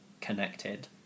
connected